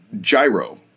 gyro